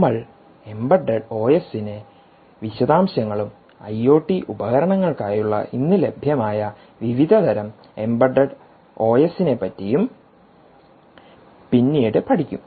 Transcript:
നമ്മൾ എംബഡഡ് ഒഎസിന്റെ വിശദാംശങ്ങളും ഐ ഒ ടി ഉപകരണങ്ങൾക്കായുളള ഇന്ന് ലഭ്യമായ വിവിധ തരം എംബഡഡ് ഒഎസ് നെ പറ്റിയും പിന്നീട് പഠിക്കും